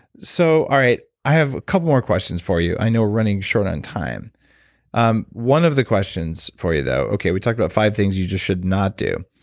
so all right, i have a couple more questions for you. i know we're running short on time um one of the questions for you, though. okay, we talked about five things you just should not do.